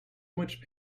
much